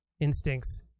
instincts